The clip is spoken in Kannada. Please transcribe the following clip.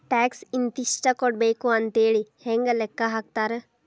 ಟ್ಯಾಕ್ಸ್ ಇಂತಿಷ್ಟ ಕೊಡ್ಬೇಕ್ ಅಂಥೇಳಿ ಹೆಂಗ್ ಲೆಕ್ಕಾ ಹಾಕ್ತಾರ?